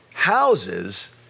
Houses